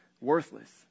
worthless